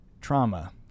trauma